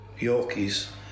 Yorkies